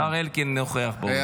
השר אלקין נוכח באולם.